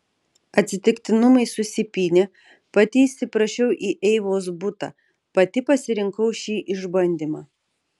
atsitiktinumai susipynė pati įsiprašiau į eivos butą pati pasirinkau šį išbandymą